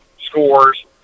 scores